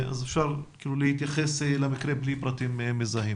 אפשר להתייחס למקרה בלי פרטים מזהים.